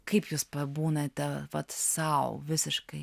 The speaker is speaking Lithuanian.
kaip jūs pabūnate vat sau visiškai